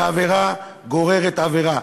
ועבירה גוררת עבירה".